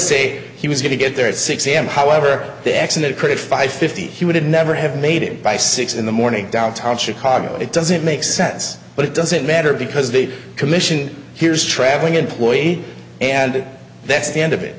say he was going to get there at six am however the exit credit five fifty he would never have made it by six in the morning downtown chicago it doesn't make sense but it doesn't matter because the commission here's traveling employee and that's the end of it